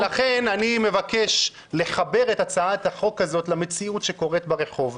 ולכן אני מבקש לחבר את הצעת החוק הזאת למציאות שקורית ברחוב.